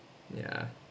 yeah